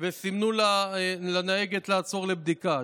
וסימנו לנהגת לעצור לבדיקה.